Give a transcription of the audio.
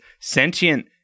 sentient